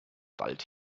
wald